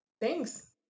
Thanks